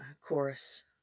chorus